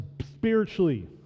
spiritually